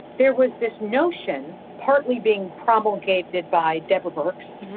there was this notion partly being promulgated by deborah birks,